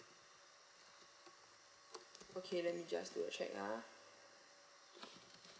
okay let me just do a check ah